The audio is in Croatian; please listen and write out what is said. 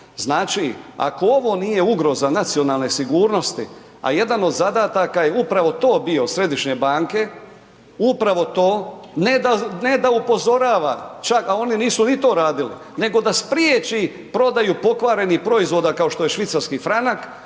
Znači ako ovo nije ugroza nacionalne sigurnosti, a jedan od zadataka je upravo to bio središnje banke, upravo to, ne da upozorava, a oni nisu ni to radili, nego da spriječi prodaju pokvarenih proizvoda kao što je švicarski franak.